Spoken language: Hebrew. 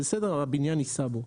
הבניין יישא בו.